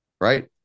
right